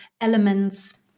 elements